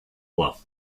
bluff